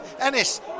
Ennis